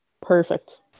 perfect